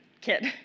kid